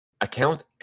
account